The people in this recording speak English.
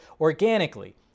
organically